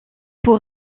pour